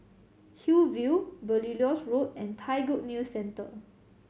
Hillview Belilios Road and Thai Good News Centre